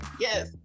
Yes